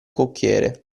cocchiere